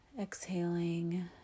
exhaling